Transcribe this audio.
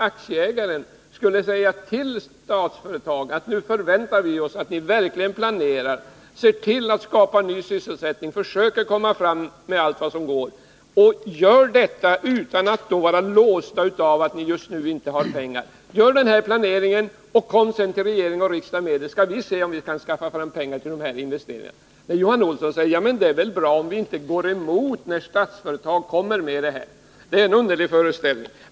Aktieägaren borde säga till Statsföretag: ”Nu förväntar vi oss att ni verkligen planerar och skapar ny sysselsättning utan att vara låsta av att ni just nu inte har några pengar. Gör den här planeringen och kom sedan till regering och riksdag med den, så skall vi se om vi kan skaffa fram pengar till investeringarna.” Då säger Johan Olsson: ”Ja, men det är väl bra om vi inte går emot när Statsföretag kommer med detta.” Det är en underlig inställning.